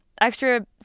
extra